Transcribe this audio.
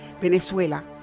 Venezuela